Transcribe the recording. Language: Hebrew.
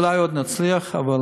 אולי עוד נצליח, אבל